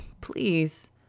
please